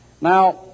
Now